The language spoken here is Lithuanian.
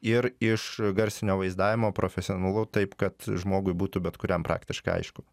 ir iš garsinio vaizdavimo profesionalu taip kad žmogui būtų bet kuriam praktiškai aišku